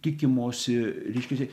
tikimosi reiškiasi